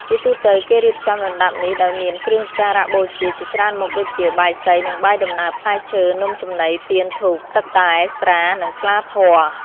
ជាទូទៅ គេរៀបចំរណ្តាប់នេះដោយមានគ្រឿងសក្ការៈបូជាជាច្រើនមុខដូចជា បាយសី និងបាយដំណើប ផ្លែឈើ នំចំណី ទៀន ធូប ទឹកតែ ស្រា និងស្លាធម៌។